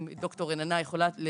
אם ד"ר רננה יכולה,